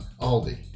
Aldi